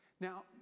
Now